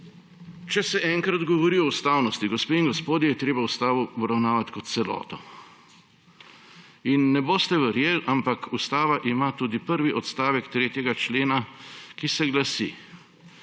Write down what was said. Če se enkrat govori o ustavnosti, gospe in gospodje, je treba ustavo obravnavati kot celoto. In ne boste verjeli, ampak ustava ima tudi prvi odstavek 3. člena, ki se glasi,